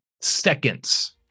seconds